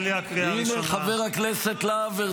------ לא אישרתם --- חבר הכנסת בליאק,